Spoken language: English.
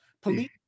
Police